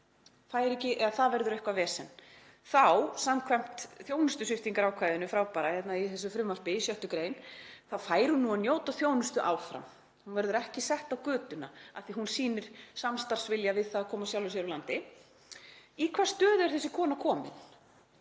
það verður eitthvert vesen. Þá, samkvæmt þjónustusviptingarákvæðinu frábæra í þessu frumvarpi, í 6. gr., fær hún nú að njóta þjónustu áfram. Hún verður ekki sett á götuna af því að hún sýnir samstarfsvilja við það að koma sjálfri sér úr landi. Í hvað stöðu er þessi kona komin?